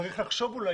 צריך לחשוב אולי